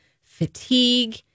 fatigue